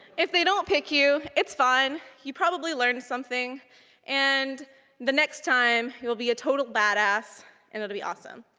if they don't pick you, it's fine. you probably learned something and the next time you will be a total badass and it will be awesome.